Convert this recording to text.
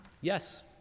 Yes